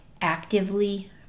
actively